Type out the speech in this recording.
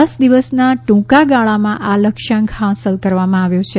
દસ દિવસના ટૂંકા ગાળામાં આ લક્ષ્યાંક હાંસલ કરવામાં આવ્યું છે